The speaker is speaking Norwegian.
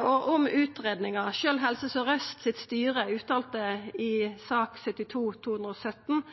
Og om utgreiinga – sjølv styret i Helse Sør-Øst uttalte i sak